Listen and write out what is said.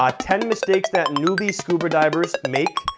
ah ten mistakes that newbie scuba divers make,